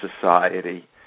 society